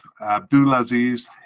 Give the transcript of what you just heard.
Abdulaziz